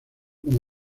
como